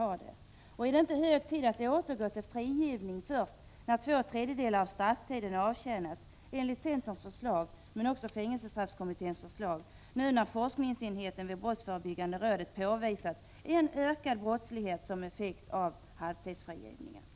Är det inte hög tid att återgå till frigivning först när två tredjedelar av strafftiden har avtjänats, såsom centern men också fängelsestraffkommittén föreslagit, nu när forskningsenheten vid brottsförebyggande rådet påvisat att en ökad brottslighet blev resultatet av halvtidsfrigivningen?